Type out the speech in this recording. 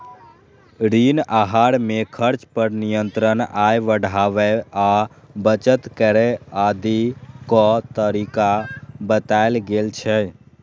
ऋण आहार मे खर्च पर नियंत्रण, आय बढ़ाबै आ बचत करै आदिक तरीका बतायल गेल छै